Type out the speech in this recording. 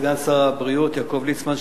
לסגן שר הבריאות יעקב ליצמן,